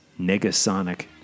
negasonic